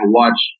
watch